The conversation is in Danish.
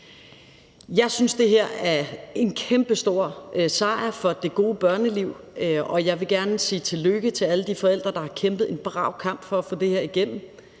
Jeg synes, det her er en kæmpestor sejr for det gode børneliv, og jeg vil gerne sige tillykke til alle de forældre, der har kæmpet en brav kamp for at få det her igennem.